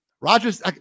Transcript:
Rodgers